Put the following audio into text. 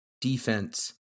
defense